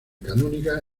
canónica